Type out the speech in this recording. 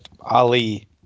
Ali